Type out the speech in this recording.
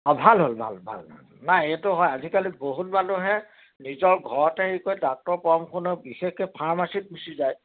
অঁ ভাল ভাল ভাল নাই এইটো হয় আজিকালি বহুত মানুহে নিজৰ ঘৰতে হেৰি কৰে ডাক্তৰৰ পৰামৰ্শ নাই বিশেষকৈ ফাৰ্মাচিত গুচি যায়